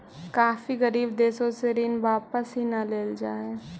काफी गरीब देशों से ऋण वापिस ही न लेल जा हई